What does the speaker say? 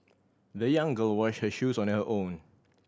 the young girl washed her shoes on her own